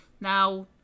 Now